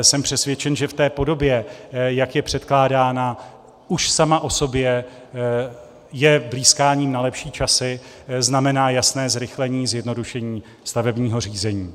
Jsem přesvědčen, že v té podobě, jak je předkládána, už sama o sobě je blýskáním na lepší časy, znamená jasné zrychlení, zjednodušení stavebního řízení.